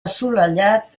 assolellat